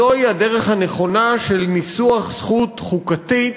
זוהי הדרך הנכונה של ניסוח זכות חוקתית.